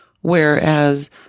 Whereas